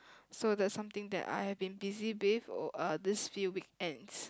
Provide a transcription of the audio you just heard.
so that's something that I have been busy with uh this few weekends